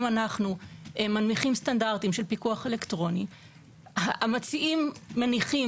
אם אנחנו מנמיכים סטנדרטים של פיקוח אלקטרוני המציעים מניחים